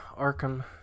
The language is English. Arkham